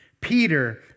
Peter